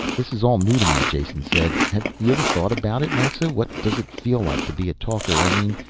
this is all new to me, jason said. have you ever thought about it, naxa? what does it feel like to be a talker? i mean,